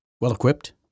well-equipped